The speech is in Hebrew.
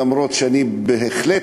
אף-על-פי שאני בהחלט,